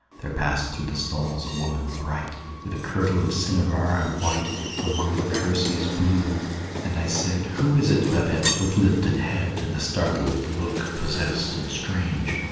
there passed through the stalls a woman, bright with a kirtle of cinnabar and white among the kerseys blue and i said, who is it, babette, with lifted head, and the startled look, possessed and strange,